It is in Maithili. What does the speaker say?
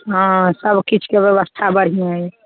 हँ सबकिछुके बेबस्था बढ़िआँ अइ